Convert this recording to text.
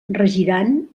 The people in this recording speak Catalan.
regiran